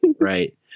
Right